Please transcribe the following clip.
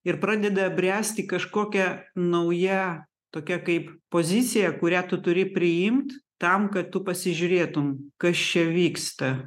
ir pradeda bręsti kažkokia nauja tokia kaip pozicija kurią tu turi priimt tam kad tu pasižiūrėtum kas čia vyksta